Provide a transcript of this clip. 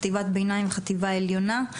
חטיבת ביניים חטיבה עליונה.